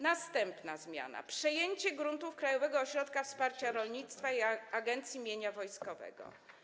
Następna zmiana to przejęcie gruntów Krajowego Ośrodka Wsparcia Rolnictwa i Agencji Mienia Wojskowego.